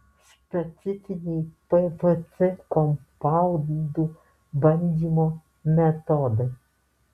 specifiniai pvc kompaundų bandymo metodai